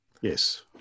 Yes